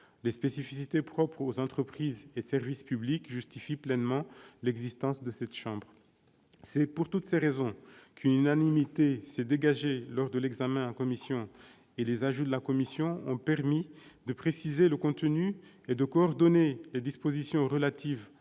Les spécificités propres aux entreprises et services publics justifient pleinement l'existence de cette chambre. C'est pour toutes ces raisons qu'une unanimité s'est dégagée lors de l'examen de ce texte en commission. Les ajouts apportés par celle-ci ont permis de préciser le contenu et de coordonner les dispositions relatives